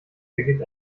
beginnt